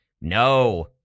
no